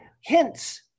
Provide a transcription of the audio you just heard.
hints